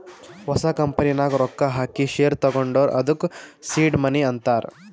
ಹೊಸ ಕಂಪನಿ ನಾಗ್ ರೊಕ್ಕಾ ಹಾಕಿ ಶೇರ್ ತಗೊಂಡುರ್ ಅದ್ದುಕ ಸೀಡ್ ಮನಿ ಅಂತಾರ್